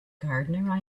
gardener